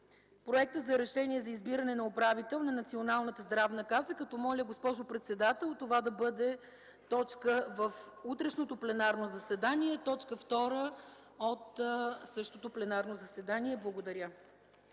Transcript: Проекта за решение за избиране на управител на Националната здравна каса, като моля, госпожо председател, това да бъде точка в утрешното пленарно заседание – точка втора от същото пленарно заседание. Благодаря.